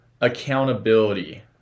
accountability